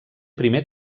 primer